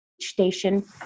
station